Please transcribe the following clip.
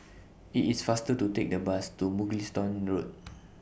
IT IS faster to Take The Bus to Mugliston Road